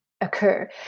occur